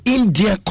India